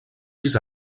sis